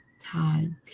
time